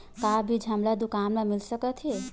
का बीज हमला दुकान म मिल सकत हे?